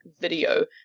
video